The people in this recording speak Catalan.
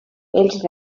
els